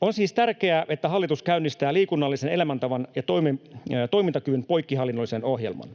On siis tärkeää, että hallitus käynnistää liikunnallisen elämäntavan ja toimintakyvyn poikkihallinnollisen ohjelman.